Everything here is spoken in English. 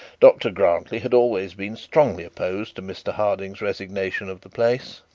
dr grantly had always been strongly opposed to mr harding's resignation of the place.